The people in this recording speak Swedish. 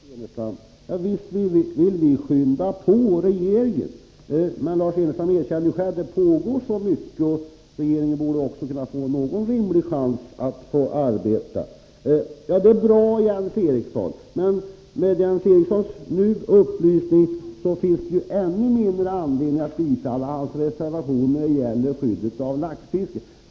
Herr talman! Visst vill vi skynda på regeringen, Lars Ernestam! Men Lars Ernestam erkände ju själv att det är så mycket som pågår på det här området, och regeringen borde då kunna få någon rimlig chans att arbeta med förslagen. Det är bra att ni lägger fram förslag, Jens Eriksson. Men med den upplysning vi nu fick av Jens Eriksson är det ju ännu mindre anledning att bifalla hans reservation när det gäller skyddet av laxfisket.